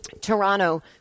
Toronto